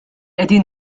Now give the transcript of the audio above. qegħdin